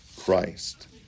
Christ